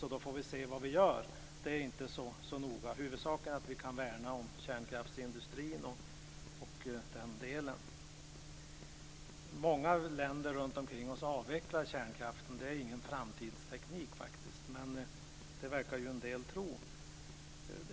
Sedan får vi se vad vi gör - det är inte så noga. Huvudsaken är att vi kan värna om kärnkraftsindustrin. Många länder runt omkring oss avvecklar kärnkraften. Den är faktiskt inte någon framtidsteknik, men en del verkar tro det.